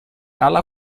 alla